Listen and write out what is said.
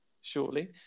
shortly